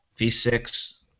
V6